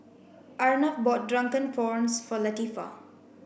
Arnav bought drunken prawns for Latifah